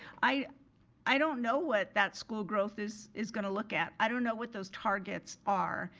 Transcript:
i i don't know what that school growth is is gonna look at. i don't know what those targets are.